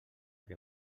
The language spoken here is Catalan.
que